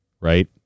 right